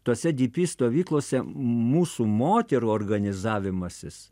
tose dypy stovyklose mūsų moterų organizavimasis